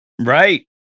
Right